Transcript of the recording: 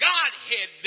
Godhead